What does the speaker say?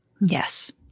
Yes